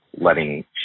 letting